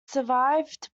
survived